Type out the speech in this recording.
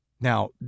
Now